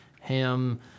Ham